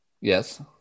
Yes